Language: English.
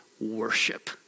worship